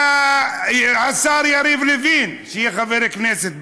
היה השר יריב לוין, שיהיה חבר כנסת בהמשך,